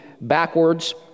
backwards